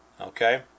okay